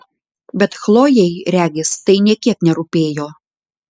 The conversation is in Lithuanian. bet chlojei regis tai nė kiek nerūpėjo